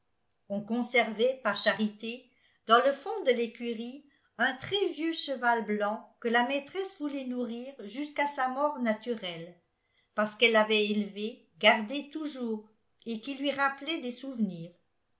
on conservait par charité dans le fond de l'écurie un très vieux cheval blanc que la maîtresse voulait nourrir jusqu'à sa mort naturelle parce qu'elle l'avait élevé gardé toujours et qu'il lui rappelait des souvenirs